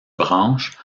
branches